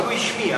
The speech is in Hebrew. אבל הוא השמיע